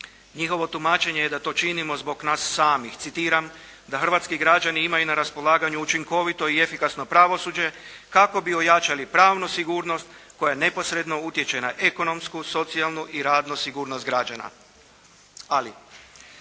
Njihovo tumačenje je da to činimo zbog nas samih. Citiram: "Da hrvatski građani imaju na raspolaganju učinkovito i efikasno pravosuđe, kako bi ojačali pravnu sigurnost koja neposredno utječe na ekonomsku, socijalnu i radnu sigurnost građana.". Ali,